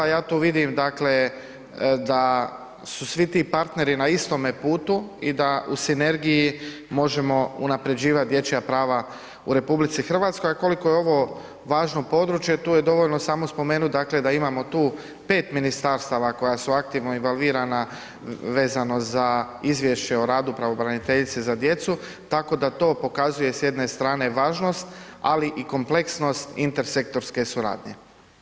Ja tu vidim, dakle, da su svi ti partneri na istome putu i da u sinergiji možemo unaprjeđivat dječja prava u RH, a koliko je ovo važno područje, tu je dovoljno samo spomenut, dakle, da imamo tu 5 ministarstava koja su aktivno involvirana vezano za izvješće o radu pravobraniteljice za djecu, tako da to pokazuje s jedne strane važnost, ali i kompleksnost Inter sektorske suradnje.